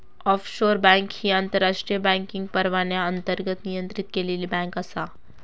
offshore bank ही आंतरराष्ट्रीय banking परवान्याअंतर्गत नियंत्रित केलेली बँक आसा